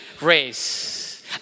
race